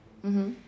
mmhmm